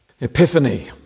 Epiphany